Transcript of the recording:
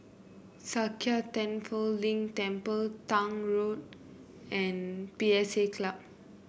Sakya Tenphel Ling Temple Tank Road and P S A Club